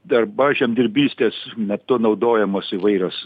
dabar žemdirbystės metu naudojamos įvairios